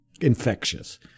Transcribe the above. infectious